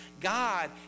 God